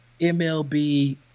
MLB